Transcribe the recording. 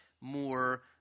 more